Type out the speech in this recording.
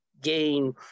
gain